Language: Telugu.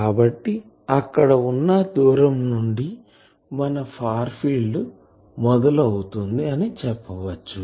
కాబట్టి అక్కడ వున్నా దూరం నుండి మన ఫార్ ఫీల్డ్ మొదలు అవుతుంది అని చెప్పవచ్చు